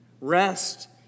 Rest